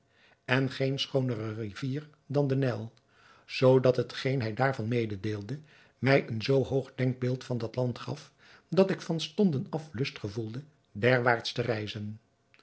en geen schoonere rivier dan de nijl zoodat hetgeen hij daarvan mededeelde mij een zoo hoog denkbeeld van dat land gaf dat ik van stonden af lust gevoelde derwaarts te reizen